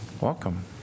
Welcome